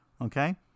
Okay